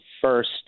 first –